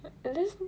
but that's